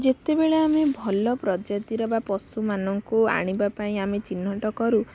ଯେତେବେଳେ ଆମେ ଭଲ ପ୍ରଜାତିର ବା ପଶୁମାନଙ୍କୁ ଆଣିବା ପାଇଁ ଆମେ ଚିହ୍ନଟ କରୁ